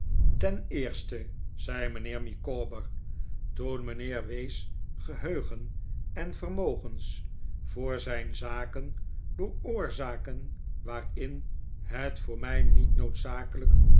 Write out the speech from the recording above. ten eerste zei mijnheer micawber toen mijnheer w's geheugen en vermogens voor zijn zaken door oorzaken waarin het voor mij niet noodzakelijk